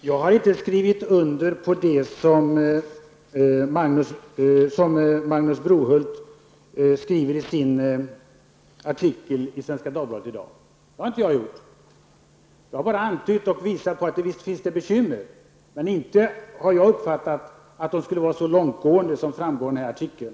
Fru talman! Jag har inte skrivit under på det som Magnus Brohult säger i sin artikel i Svenska Dagbladet i dag. Jag har bara visat på att det visst finns bekymmer. Men jag har inte uppfattat att dessa skulle vara så långtgående som det framgår av den här artikeln.